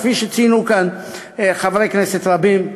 כפי שציינו כאן חברי כנסת רבים.